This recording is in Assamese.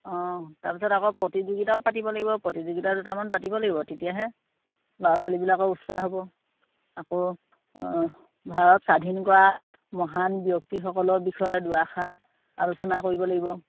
অঁ তাৰ পিছত আকৌ প্ৰতিযোগিতাও পাতিব লাগিব প্ৰতিযোগিতা দুটামান পাতিব লাগিব তেতিয়াহে ল'ৰা ছোৱালীবিলাকৰ উৎসাহ হ'ব আকৌ ভাৰত স্বাধীন কৰা মহান ব্যক্তিসকলৰ বিষয়ে দুআষাৰ আলোচনা কৰিব লাগিব